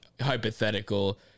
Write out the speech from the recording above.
hypothetical